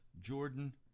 Jordan